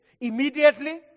Immediately